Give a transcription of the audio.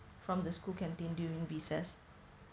from the school canteen during recess